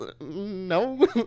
no